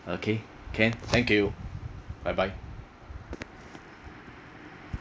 okay can thank you bye bye